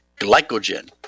glycogen